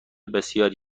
بسیار